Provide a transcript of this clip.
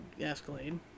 Escalade